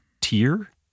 Tier